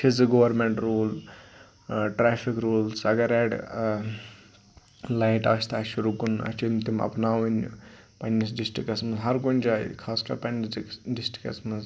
چھِ زٕ government rule traffic rules اگر ریٚڈ لایٹ آسہِ تہٕ اَسہِ چھُ رُکُن اَسہِ چھِ تِم اَپناوٕنۍ پَننِس ڈِسٹرکَس مَنٛز ہَر کُنہِ جایہِ خاص کَر پَننِس ڈِسٹرکَس مَنٛز